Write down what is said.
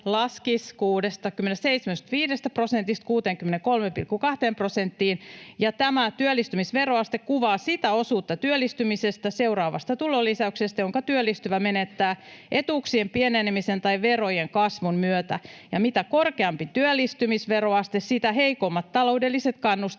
laskisi 67,5 prosentista 63,2 prosenttiin. ”Työllistymisveroaste kuvaa sitä osuutta työllistymisestä seuraavasta tulonlisäyksestä, jonka työllistyvä menettää etuuksien pienenemisen tai verojen kasvun myötä. Mitä korkeampi työllistymisveroaste, sitä heikoimmat taloudelliset kannustimet